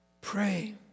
Pray